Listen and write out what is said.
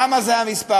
למה זה המספר?